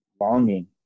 longing